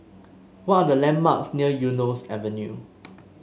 what are the landmarks near Eunos Avenue